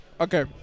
okay